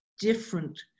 different